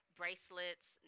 bracelets